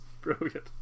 brilliant